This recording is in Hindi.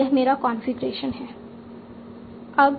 और यह मेरा कॉन्फ़िगरेशन है